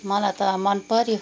मलाई त मनपऱ्यो